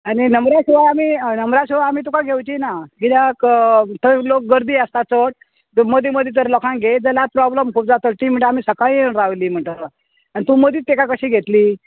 आनी नंबराशिवाय आमी नंबराशिवाय आमी तुका घेवची ना किद्याक थंय लोक गर्दी आसता चड मदीं मदीं तर लोकांक घेयत जाल्यार प्रोब्लम खूब जाता तीं म्हणटलीं आमी सकाळी येवन राविल्लीं म्हणटा आनी तूं मदींच तेका कशी घेतली